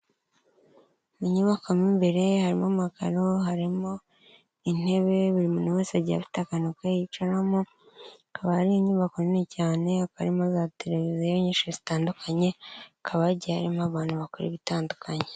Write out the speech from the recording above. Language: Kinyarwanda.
Mu nyubako mo imbere harimo amakaro, harimo intebe, buri muntu wese agiye afite akantu ke yicaramo, akaba ari inyubako nini cyane, hakaba harimo za televiziyo nyinshi zitandukanye hakaba hagiye harimo abantu bakora ibitandukanye.